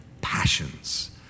passions